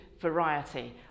variety